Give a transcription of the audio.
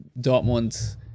Dortmund